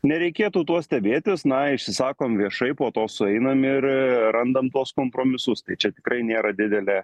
nereikėtų tuo stebėtis na išsisakom viešai po to sueinam ir randam tuos kompromisus tai čia tikrai nėra didelė